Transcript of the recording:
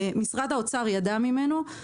משרד האוצר ידע ממנו,